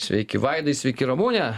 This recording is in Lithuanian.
sveiki vaidai sveiki ramune